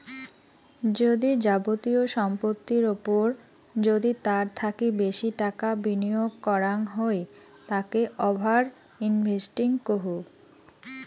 যদি যাবতীয় সম্পত্তির ওপর যদি তার থাকি বেশি টাকা বিনিয়োগ করাঙ হই তাকে ওভার ইনভেস্টিং কহু